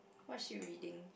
what's she reading